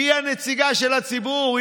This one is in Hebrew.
היא הנציגה של הציבור,